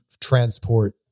transport